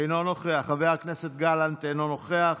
אינו נוכח, חבר הכנסת גלנט, אינו נוכח.